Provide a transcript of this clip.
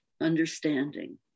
understanding